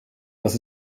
das